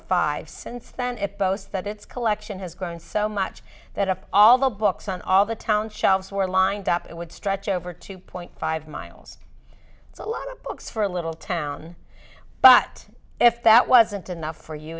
five since then it boasts that its collection has grown so much that if all the books on all the town shelves were lined up it would stretch over two point five miles it's a lot of books for a little town but if that wasn't enough for you